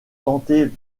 tenter